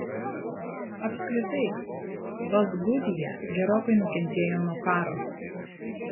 apskritai baltgudija gerokai nukentėjo nuo karo